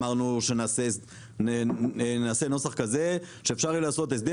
אמרנו שנעשה נוסח כזה שאפשר יהיה לעשות הסדר